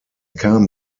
kam